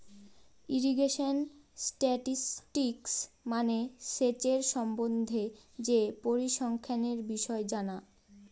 irrigation statistics মানে সেচের সম্বন্ধে যে পরিসংখ্যানের বিষয় জানা